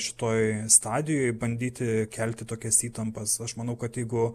šitoj stadijoj bandyti kelti tokias įtampas aš manau kad jeigu